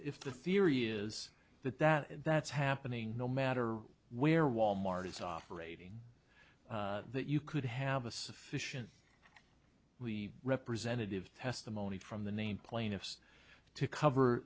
if the theory is that that that's happening no matter where wal mart is operating that you could have a sufficient we representative testimony from the named plaintiffs to cover